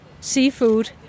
seafood